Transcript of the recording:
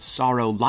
sorrow